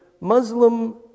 Muslim